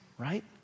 right